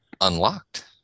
unlocked